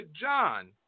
John